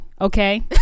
okay